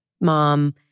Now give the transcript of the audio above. mom